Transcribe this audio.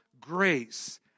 grace